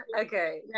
okay